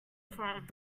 from